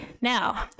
Now